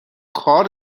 کار